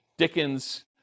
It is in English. Dickens